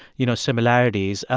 you know, similarities.